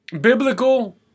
Biblical